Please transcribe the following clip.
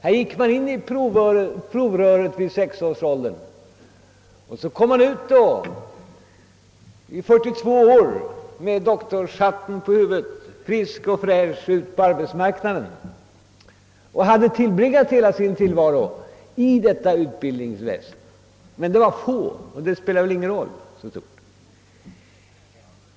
Man gick in i provröret vid sexårsåldern och kom vid 42 års ålder med doktorshatten på huvudet, frisk och fräsch, ut på arbetsmarknaden och hade tillbringat hela sin tillvaro i detta utbildnings väsende. Men det var som sagt få det gällde och det spelade inte så stor roll.